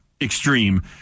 extreme